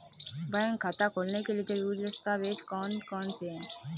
Bank खाता खोलने के लिए ज़रूरी दस्तावेज़ कौन कौनसे हैं?